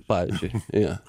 pavyzdžiui jo